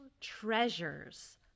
treasures